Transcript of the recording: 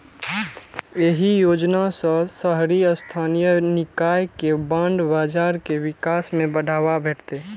एहि योजना सं शहरी स्थानीय निकाय के बांड बाजार के विकास कें बढ़ावा भेटतै